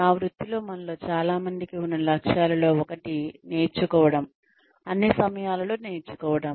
నా వృత్తిలో మనలో చాలా మందికి ఉన్న లక్ష్యాలలో ఒకటి నేర్చుకోవడం అన్ని సమయాలలో నేర్చుకోవడం